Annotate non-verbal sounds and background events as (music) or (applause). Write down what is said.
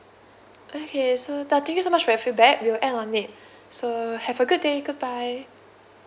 okay so uh thank you so much for your feedback we will act on it (breath) so have a good day goodbye